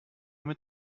mit